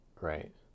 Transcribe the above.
Right